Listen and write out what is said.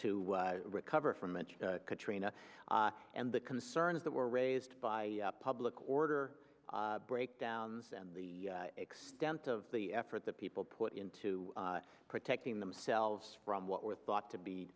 to recover from much katrina and the concerns that were raised by public order breakdowns and the extent of the effort that people put into protecting themselves from what were thought to be